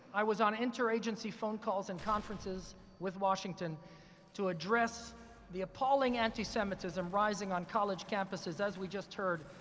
i was on interagency phone calls and conferences with washington to address the appalling anti-semitism rising on college campuses, as we just heard,